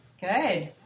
Good